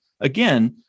again